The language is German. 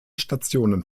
stationen